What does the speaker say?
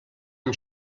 amb